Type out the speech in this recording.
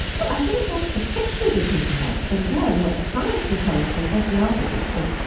well, i think that's the picture that people have. but again, what the science would tell us is just the opposite. so,